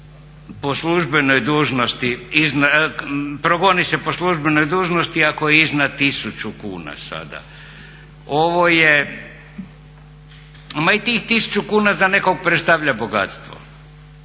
po službenoj dužnosti, progoni se po službenoj dužnosti ako je iznad 1000 kuna sada. Ovo je, ma i tih 1000 kuna za nekog predstavlja bogatstvo.